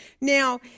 Now